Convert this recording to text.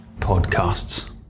podcasts